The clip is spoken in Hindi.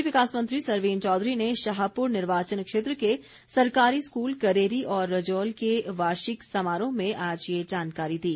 शहरी विकास मंत्री सरवीण चौधरी ने शाहपुर निर्वाचन क्षेत्र के सरकारी स्कूल करेरी और रजोल के वार्षिक समारोह में आज ये जानकारी दी